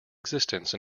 existence